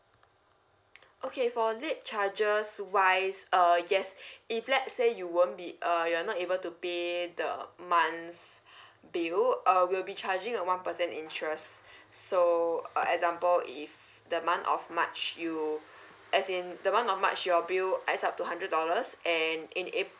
okay for late charges wise uh yes if let say you won't be uh you're not able to pay the month's bill uh we'll be charging a one percent interest so uh example if the month of march you as in the one of march your bill is up to hundred dollars and in ap~